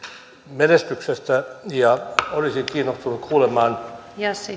menestyksestä ja olisin kiinnostunut kuulemaan